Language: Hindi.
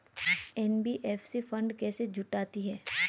एन.बी.एफ.सी फंड कैसे जुटाती है?